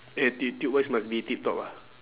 attitude wise must be tip-top ah